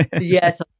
yes